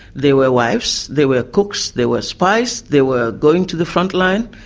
they were wives, they were cooks, they were spies, they were going to the frontline,